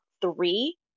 three